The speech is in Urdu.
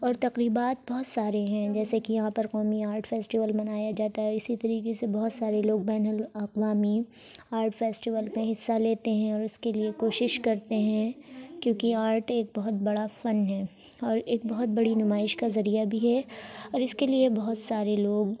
اور تقریبات بہت سارے ہیں جیسے کہ یہاں پر قومی آرٹ فیسٹیول منایا جاتا ہے اسی طریقے سے بہت سارے لوگ بین الاقوامی آرٹ فیسٹیول میں حصہ لیتے ہیں اور اس کے لیے کوشش کرتے ہیں کیونکہ آرٹ ایک بہت بڑا فن ہے اور ایک بہت بڑی نمائش کا ذریعہ بھی ہے اور اس کے لیے بہت سارے لوگ